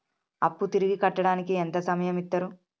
అప్పు తిరిగి కట్టడానికి ఎంత సమయం ఇత్తరు?